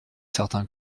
certains